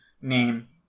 name